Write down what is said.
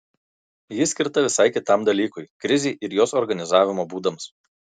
ji skirta visai kitam dalykui krizei ir jos organizavimo būdams